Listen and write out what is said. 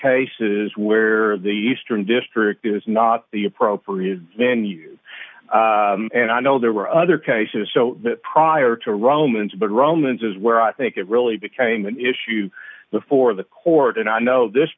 cases where the eastern district is not the appropriate venue and i know there were other cases so prior to romans but romans is where i think it really became an issue before the court and i know this